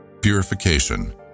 Purification